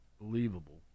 believable